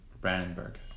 Brandenburg